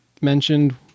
mentioned